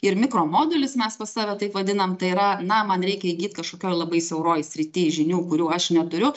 ir mikro modulis mes pas save taip vadinam tai yra na man reikia įgyt kažkokioj labai siauroj srity žinių kurių aš neturiu